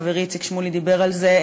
חברי איציק שמולי דיבר על זה,